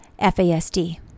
FASD